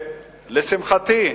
לשמחתי,